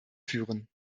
führen